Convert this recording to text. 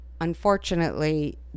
unfortunately